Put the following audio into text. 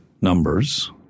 numbers